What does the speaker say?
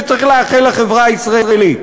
שצריך לאחל לחברה הישראלית.